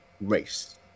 race